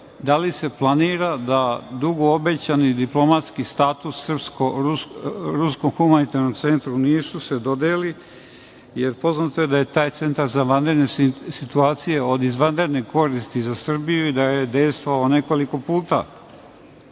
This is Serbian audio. Da li se planira da dugo obećani diplomatski status Srpsko-ruskom humanitarnom centru u Nišu se dodeli? Poznato je da je taj centar za vanredne situacije od izvanredne koristi za Srbiju i da je dejstvovao nekoliko